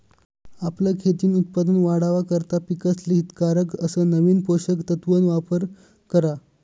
आपलं खेतीन उत्पन वाढावा करता पिकेसले हितकारक अस नवीन पोषक तत्वन वापर करा